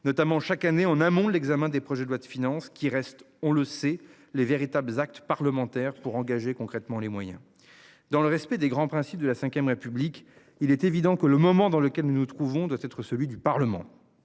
notamment chaque année en amont l'examen des projets de loi de finances qui reste, on le sait les véritables actes parlementaire pour engager concrètement les moyens dans le respect des grands principes de la Vème République, il est évident que le moment dans lequel nous nous trouvons doit être celui du Parlement.